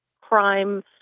crime